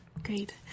Great